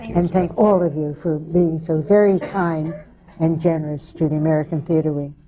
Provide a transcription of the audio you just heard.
and thank all of you for being so very kind and generous to the american theatre wing.